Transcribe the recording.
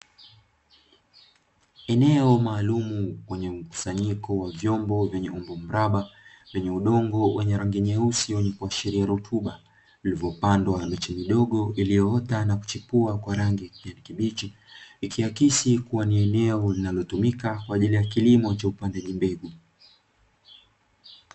Eneo maalumu lenye mkusanyiko wa vyombo vyenye umbo mraba, vyenye udongo wenye rangi nyeusi wenye rutuba vilivyopandwa miche midogo iliyoota na kuchipua kwa rangi ya kijani kibichi ikiakisi kuwa ni eneo linalotumika kwa ajili ya kilimo cha upandaji mbegu.